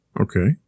Okay